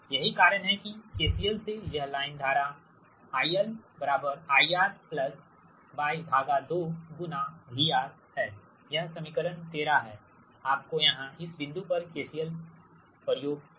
यही कारण है कि KCL से यह लाइन धारा IL IR Y2 VR है यह समीकरण 13 है आप यहां इस बिंदु पर KCL प्रयोग कर रहे हैं